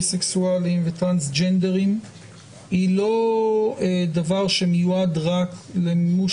ביסקסואלים וטרנסג'נדרים הוא לא דבר שמיועד רק למימוש